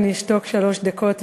אשתוק שלוש דקות,